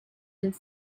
and